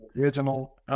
Original